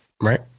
right